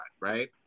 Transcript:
right